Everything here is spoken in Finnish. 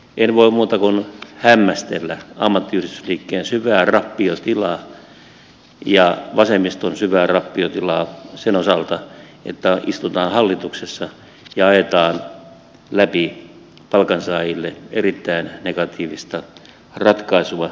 en voi muuta kuin hämmästellä ammattiyhdistysliikkeen syvää rappiotilaa ja vasemmiston syvää rappiotilaa sen osalta että istutaan hallituksessa ja ajetaan läpi palkansaajille erittäin negatiivista ratkaisua